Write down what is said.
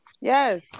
Yes